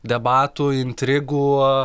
debatų intrigų